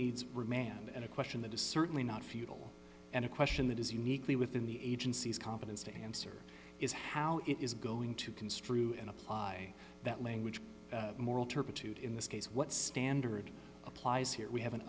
needs remand and a question that is certainly not futile and a question that is uniquely within the agency's competence to answer is how it is going to construe and apply that language moral turpitude in this case what standard applies here we have an